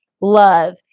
love